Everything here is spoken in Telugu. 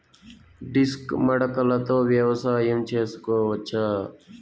డిస్క్ మడకలతో వ్యవసాయం చేసుకోవచ్చా??